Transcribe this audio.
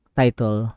title